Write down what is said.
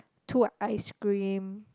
two ice cream